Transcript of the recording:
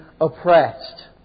oppressed